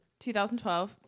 2012